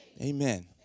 Amen